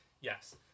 Yes